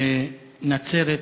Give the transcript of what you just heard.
בנצרת,